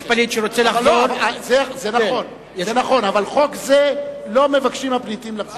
זה נכון, אבל בחוק זה לא מבקשים הפליטים לחזור.